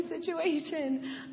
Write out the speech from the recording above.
situation